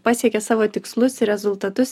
pasiekė savo tikslus ir rezultatus